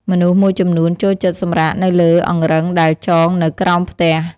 មនុស្សមួយចំនួនចូលចិត្តសម្រាកនៅលើអង្រឹងដែលចងនៅក្រោមផ្ទះ។